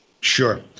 Sure